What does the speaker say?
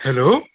hello